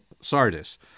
Sardis